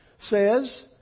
says